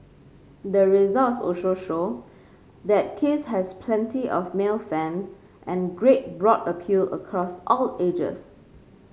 the results also show that kiss has plenty of male fans and a great broad appeal across all ages